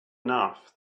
enough